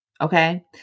Okay